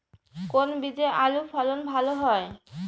কোন বীজে আলুর ফলন ভালো হয়?